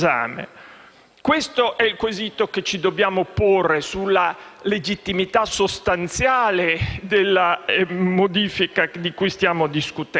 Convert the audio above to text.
Questo è il quesito che ci dobbiamo porre sulla legittimità sostanziale della modifica di cui stiamo discutendo.